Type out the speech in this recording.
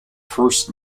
first